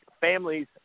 families